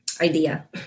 idea